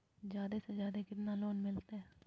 जादे से जादे कितना लोन मिलते?